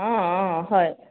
অঁ অঁ হয়